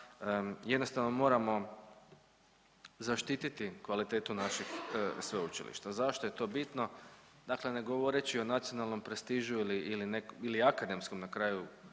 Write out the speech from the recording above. jednostavno moramo zaštititi kvalitetu naših sveučilišta. Zašto je to bitno? Dakle, ne govoreći o nacionalnom prestižu ili akademskom na kraju